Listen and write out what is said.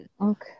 Okay